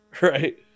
Right